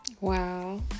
Wow